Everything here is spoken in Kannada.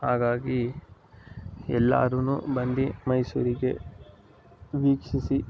ಹಾಗಾಗಿ ಎಲ್ಲರೂ ಬಂದು ಮೈಸೂರಿಗೆ ವೀಕ್ಷಿಸಿ